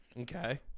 Okay